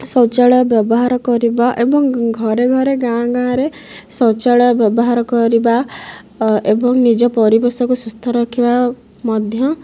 ଶୌଚାଳୟ ବ୍ୟବହାର କରିବା ଏବଂ ଘରେ ଘରେ ଗାଁ ଗାଁରେ ଶୌଚାଳୟ ବ୍ୟବହାର କରିବା ଏବଂ ନିଜ ପରିବେଶକୁ ସୁସ୍ଥ ରଖିବା ମଧ୍ୟ